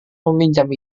meminjam